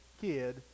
kid